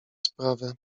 sprawę